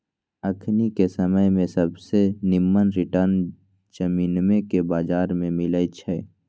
अखनिके समय में सबसे निम्मन रिटर्न जामिनके बजार में मिलइ छै